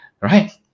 right